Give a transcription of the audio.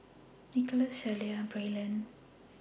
Nicholaus Shelia and Braylen